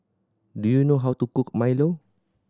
do you know how to cook milo